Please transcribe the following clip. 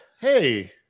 Hey